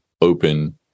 open